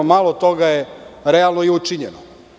Malo toga je realno i učinjeno.